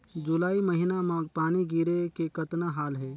जुलाई महीना म पानी गिरे के कतना हाल हे?